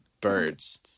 birds